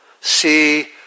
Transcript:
see